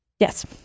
Yes